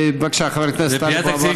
בבקשה, חבר הכנסת טלב אבו עראר.